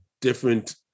different